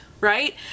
right